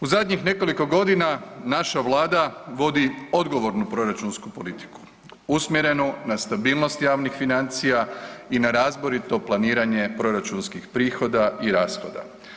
U zadnjih nekoliko godina naša Vlada vodi odgovornu proračunsku politiku usmjerenu na stabilnost javnih financija i na razborito planiranje proračunskih prihoda i rashoda.